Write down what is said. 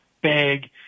big